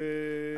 וייכנס פנימה.